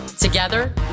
Together